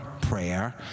prayer